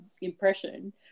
impression